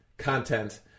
content